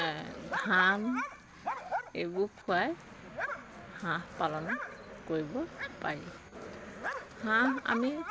ধান এইবোৰ খুৱাই হাঁহ পালন কৰিব পাৰি হাঁহ আমি